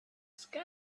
sky